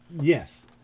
Yes